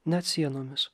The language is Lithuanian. net sienomis